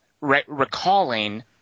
recalling